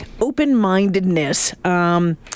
Open-mindedness